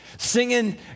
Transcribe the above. singing